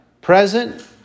present